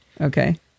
Okay